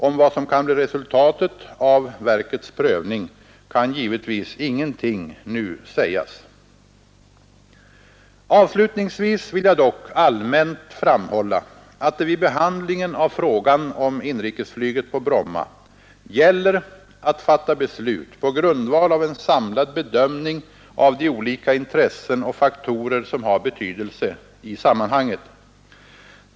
Om vad som kan bli resultatet av verkets prövning kan givetvis ingenting nu sägas. Avslutningsvis vill jag dock allmänt framhålla, att det vid behandlingen av frågan om inrikesflyget på Bromma gäller att fatta beslut på grundval av en samlad bedömning av de olika intressen och faktorer som har betydelse i sammanhanget.